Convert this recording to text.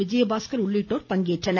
விஜயபாஸ்கர் உள்ளிட்டோர் பங்கேற்றனர்